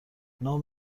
نام